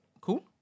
Cool